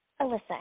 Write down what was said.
Alyssa